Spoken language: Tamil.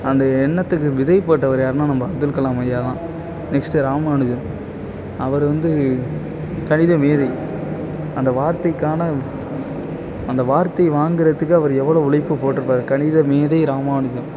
அந்த என்ணத்துக்கு விதை போட்டவர் யாருன்னா நம்ம அப்துல் கலாம் ஐயா தான் நெக்ஸ்ட் ராமானுஜம் அவர் வந்து கணித மேதை அந்த வார்த்தைக்கான அந்த வார்த்தையை வாங்குகிறதுக்கு அவர் எவ்வளோ உழைப்பு போட்ருப்பார் கணித மேதை ராமானுஜம்